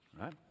right